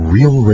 Real